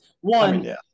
one